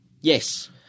Yes